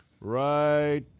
Right